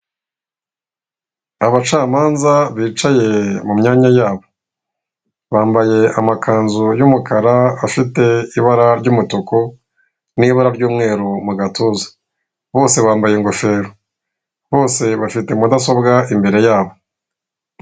Abacamanza bicaye mumyanya yabo bambaye amakanzu y'umukara afite ibara ry'umutuku n'ibara ry'umweru mugatuza bose bambaye ingofero bose bafite mudasobwa imbere yabo.